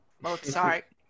Mozart